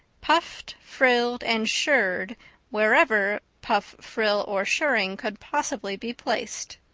puffed, frilled, and shirred wherever puff, frill, or shirring could possibly be placed.